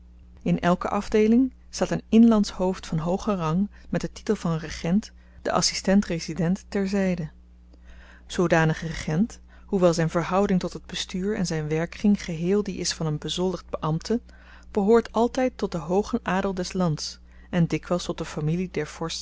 in elke afdeeling staat een inlandsch hoofd van hoogen rang met den titel van regent den adsistent resident ter zyde zoodanig regent hoewel zyn verhouding tot het bestuur en zyn werkkring geheel die is van een bezoldigd beambte behoort altyd tot den hoogen adel des lands en dikwyls tot de familie